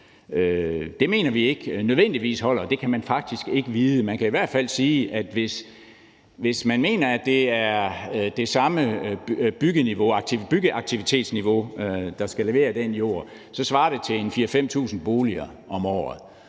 Det mener vi ikke nødvendigvis holder. Det kan man faktisk ikke vide. Man kan i hvert fald sige, at hvis man mener, at det er det samme byggeaktivitetsniveau, der skal levere den jord, svarer det til 4.000-5.000 boliger om året,